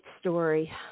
story